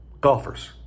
Golfers